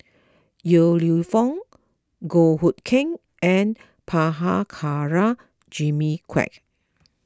Yong Lew Foong Goh Hood Keng and Prabhakara Jimmy Quek